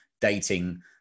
dating